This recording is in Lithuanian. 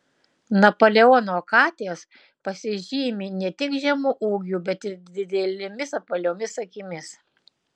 napoleono katės pasižymi ne tik žemu ūgiu bet ir didelėmis apvaliomis akimis